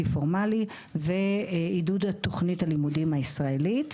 פורמלי ועידוד תכנית הלימודים הישראלית.